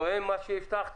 זה תואם למה שהבטחתי?